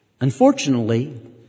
Unfortunately